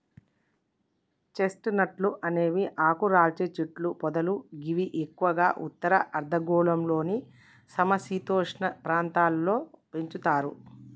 chest నట్లు అనేవి ఆకురాల్చే చెట్లు పొదలు గివి ఎక్కువగా ఉత్తర అర్ధగోళంలోని సమ శీతోష్ణ ప్రాంతాల్లో పెంచుతరు